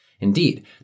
Indeed